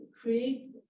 create